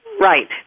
right